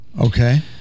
Okay